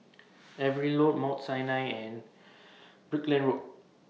Evelyn Road Mount Sinai and Brickland Road